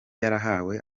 yarahawe